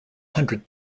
hundred